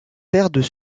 perdent